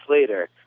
later